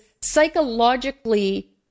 psychologically